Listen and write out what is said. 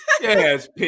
Yes